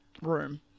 room